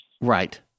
Right